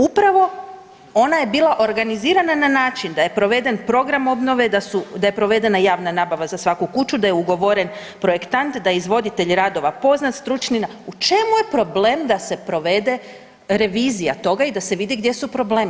Upravo ona je bila organizirana na način da je proveden program obnove, da je provedena javna nabava za svaku kuću, da je ugovoren projektant, da je izvoditelj radova poznat stručni, u čemu je problem da se provede revizija toga i da se vidi gdje su problemi.